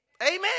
Amen